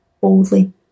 boldly